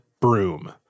broom